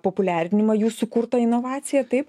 populiarinimą jų sukurtą inovaciją taip